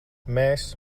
mēs